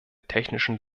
technischen